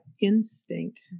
instinct